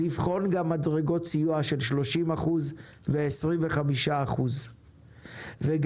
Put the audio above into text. לבחון גם מדרגות סיוע של 30% ו-25% וגם